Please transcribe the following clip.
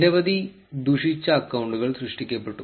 നിരവധി ദുഷിച്ച അക്കൌണ്ടുകൾ സൃഷ്ടിക്കപ്പെട്ടു